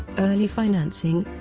early financing